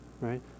right